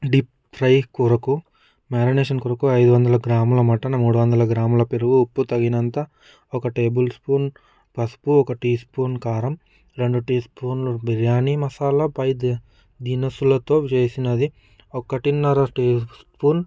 deep fry కొరకు marination కొరకు ఐదువందల గ్రాముల మాటను మూడు వందల గ్రాములు పెరుగు ఉప్పు తగినంత ఒక టేబుల్ స్పూన్ పసుపు వన్ టీ స్పూన్ కారం రెండు టీ స్పూన్ల బిర్యానీ మసాలా పై దినుసులతో చేసినది ఒకటిన్నర టీ స్పూన్